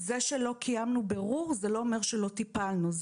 זה שלא קיימנו בירור, זה לא אומר שלא טיפלנו.